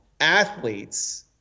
athletes